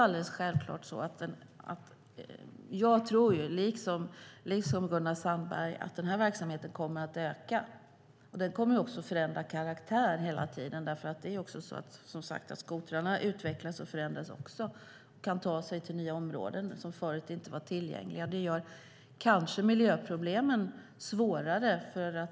Liksom Gunnar Sandberg tror jag självklart att den här verksamheten kommer att öka, och den kommer också att ändra karaktär hela tiden. Som sagt utvecklas och förändras skotrarna också och kan ta sig till nya områden som förut inte var tillgängliga. Det gör kanske miljöproblemen svårare.